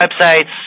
websites